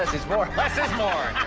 les, it's more. less is more!